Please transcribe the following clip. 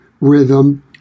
rhythm